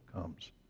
comes